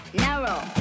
narrow